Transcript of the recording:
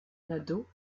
nadeau